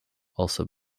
also